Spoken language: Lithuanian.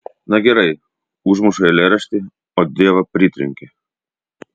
na gerai užmuša eilėraštį o dievą pritrenkia